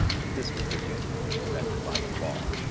but this we presume to be prevented by the law,